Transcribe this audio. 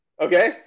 okay